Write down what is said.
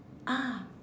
ah